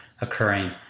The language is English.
occurring